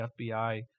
FBI